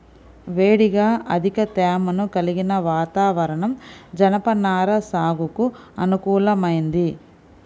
వేడిగా అధిక తేమను కలిగిన వాతావరణం జనపనార సాగుకు అనుకూలమైంది